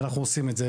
ואנחנו עושים את זה.